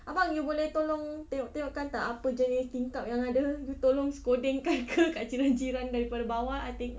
abang you boleh tolong tengok-tengokkan tak apa jenis tingkap yang ada you tolong scolding kan ke kat jiran-jiran daripada bawah I teng~